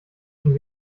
schon